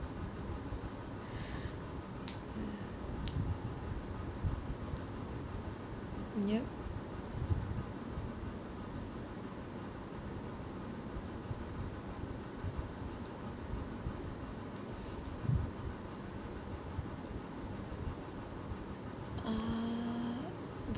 yup uh